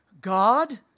God